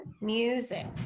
music